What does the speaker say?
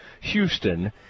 Houston